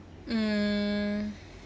mm